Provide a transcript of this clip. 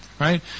Right